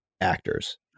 actors